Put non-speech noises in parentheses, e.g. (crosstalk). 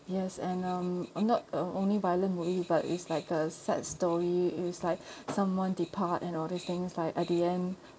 yes and um not uh only violent movie but it's like a sad story it is like (breath) someone depart and other things like at the end